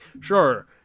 Sure